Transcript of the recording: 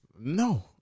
No